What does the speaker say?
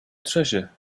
treasure